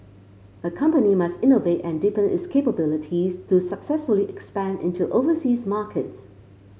a company must innovate and deepen its capabilities to successfully expand into overseas markets